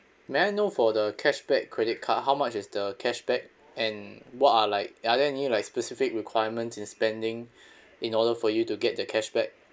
may I know for the cashback credit card how much is the cashback and what are like are there any like specific requirements in spending in order for you to get the cashback